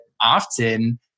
often